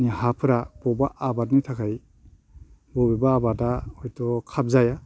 हाफोरा बबावबा आबादनि थाखाय बबेबा आबादा हयथ' खाबजाया